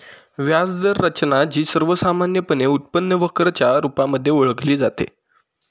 व्याज दर रचना, जी सर्वसामान्यपणे उत्पन्न वक्र च्या रुपामध्ये ओळखली जाते